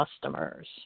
customers